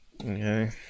Okay